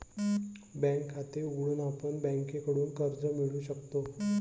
bank खाते उघडून आपण बँकेकडून कर्ज मिळवू शकतो